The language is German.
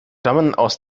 aus